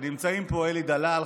ונמצאים פה אלי דלל,